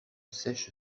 sèche